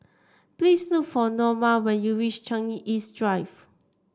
please look for Naoma when you reach Changi East Drive